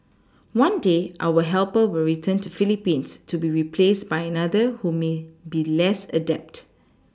one day our helper will return to PhilipPines to be replaced by another who may be less adept